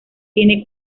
tiene